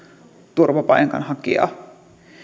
turvapaikanhakijaa